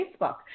facebook